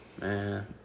Man